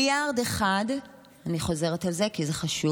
מיליארד אחד, אני חוזרת על זה כי זה חשוב,